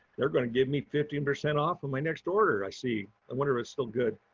they're going to give me fifteen percent off of my next order. i see. i wonder if it's still good.